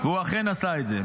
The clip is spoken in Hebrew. והוא אכן עשה את זה.